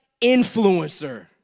influencer